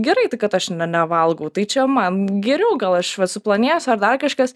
gerai tai kad aš nevalgau tai čia man geriau gal aš va suplonėsiu ar dar kažkas